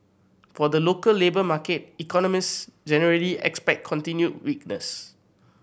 for the local labour market economist generally expect continued weakness